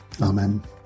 Amen